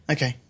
Okay